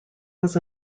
was